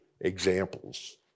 examples